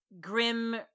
grim